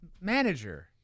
manager